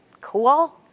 Cool